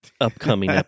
upcoming